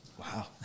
Wow